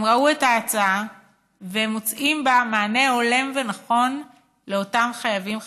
הם ראו את ההצעה והם מוצאים בה מענה הולם ונכון לאותם חייבים חלשים,